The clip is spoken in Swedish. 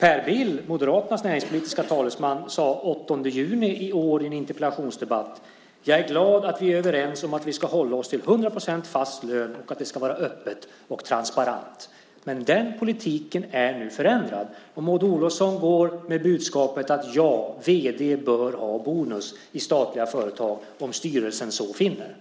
i kammaren. Moderaternas näringspolitiska talesman Per Bill sade den 8 juni i år i en interpellationsdebatt att han är glad över att vi är överens om att vi ska hålla oss till 100 % fast lön och att det ska vara öppet och transparent. Men den politiken är nu förändrad. Maud Olofsson går ut med budskapet att vd:ar i statliga företag bör ha bonus om styrelsen så finner.